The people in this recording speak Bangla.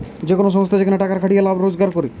যে কোন সংস্থা যেখানে টাকার খাটিয়ে লাভ রোজগার করে